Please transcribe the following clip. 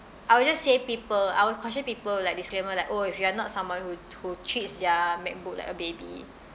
I will just say people I would caution people like disclaimer like oh if you are not someone who who treats their macbook like a baby